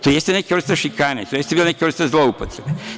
To je jeste neka vrsta šikaniranja, to jeste neka vrsta zloupotrebe.